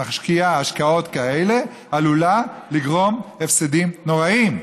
שמשקיעה השקעות כאלה עלולה לגרום הפסדים נוראיים,